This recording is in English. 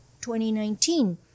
2019